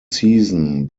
season